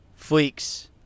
Fleeks